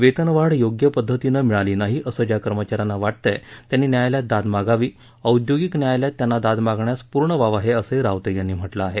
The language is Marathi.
वेतनवाढ योग्य पद्धतीनं मिळाली नाही असं ज्या कर्मचाऱ्यांना वाटतंय त्यांनी न्यायालयात दाद मागावी औद्योगिक न्यायालयात त्यांना दाद मागण्यास पूर्ण वाव आहे असेही रावते यांनी म्हटले आहे